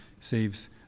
saves